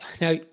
Now